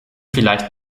vielleicht